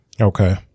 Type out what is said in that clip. Okay